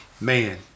man